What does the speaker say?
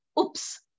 oops